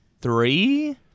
three